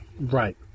Right